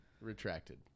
retracted